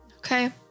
Okay